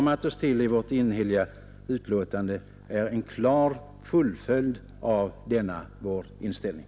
Det enhälliga betänkande som vi har utformat innebär ett klart fullföljande av denna vår inställning.